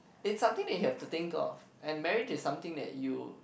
it's something that you have to think of and marriage is something that you